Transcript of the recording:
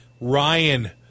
Ryan